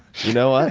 you know what?